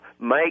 Make